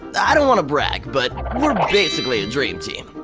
i don't want to brag, but we're basically a dream team,